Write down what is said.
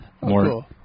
More